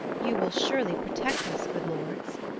you will surely protect us, good lords,